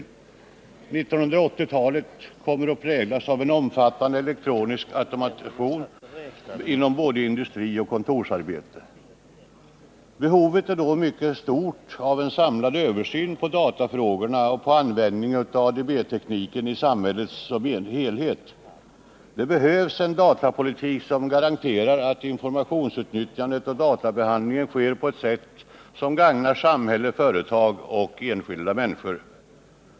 1980 talet kommer att präglas av en omfattande elektronisk automation inom både industrioch kontorsarbete. Behovet är då mycket stort av en samlad syn på datafrågorna och på användningen av ADB-tekniken i samhället som helhet. Det behövs en datapolitik som garanterar att informationsutnyttjandet och databehandlingen sker på ett sätt som gagnar samhälle, företag och enskilda människor.